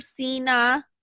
Cena